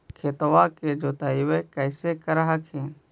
खेतबा के जोतय्बा कैसे कर हखिन?